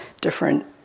different